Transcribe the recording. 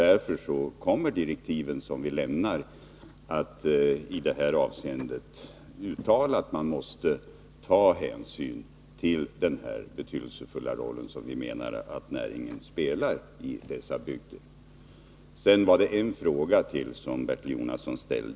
Därför kommer vi i direktiven till utredningen om vår livsmedelsförsörjning att uttala att hänsyn måste tas till den betydelsefulla roll som vi menar att jordbruksnäringen spelar i dessa bygder. Bertil Jonasson ställde ytterligare en fråga.